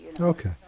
Okay